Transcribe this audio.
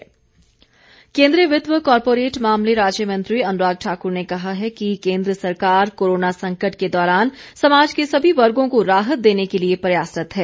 अनुराग केंद्रीय वित्त व कारपोरेट मामले राज्य मंत्री अनुराग ठाकुर ने कहा है कि केंद्र सरकार कोरोना संकट के दौरान समाज के सभी वर्गो को राहत देने के लिए प्रयासरत है